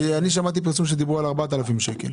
כי אני שמעתי פרסום שדיבר על 4,000 ₪.